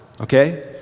okay